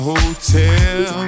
Hotel